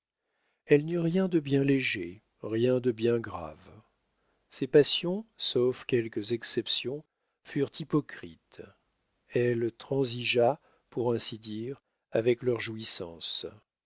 elle n'eut rien de bien léger rien de bien grave ses passions sauf quelques exceptions furent hypocrites elle transigea pour ainsi dire avec leurs jouissances